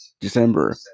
December